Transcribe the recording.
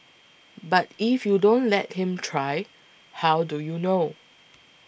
but if you don't let him try how do you know